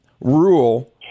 rule